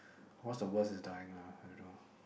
what's the worst is dying lah I don't know